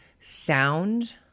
sound